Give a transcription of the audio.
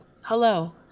Hello